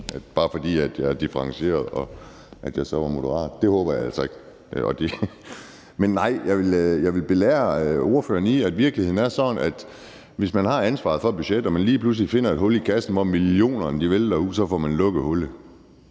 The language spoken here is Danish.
bare fordi jeg var nuanceret, så var jeg moderat; det håber jeg altså ikke. Men nej, jeg vil belære ordføreren om, at virkeligheden er sådan, at hvis man har ansvaret for et budget og lige pludselig finder et hul i kassen, hvor millionerne vælter ud, så får man lukket hullet.